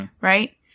Right